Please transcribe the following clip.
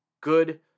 good